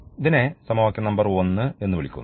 ഇതിനെ സമവാക്യം നമ്പർ 1 എന്ന് വിളിക്കുന്നു